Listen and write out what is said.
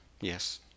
Yes